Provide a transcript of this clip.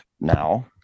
now